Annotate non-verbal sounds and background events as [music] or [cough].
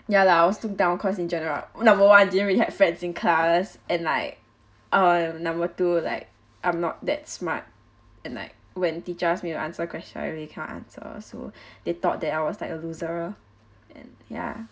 ya lah I was looked down cause in general number one I didn't really have friends in class and like uh number two like I'm not that smart and like when teacher asks me to answer question I really can't answer so [breath] they thought that I was like a loser and yeah um